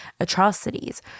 atrocities